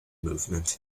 movement